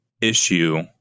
issue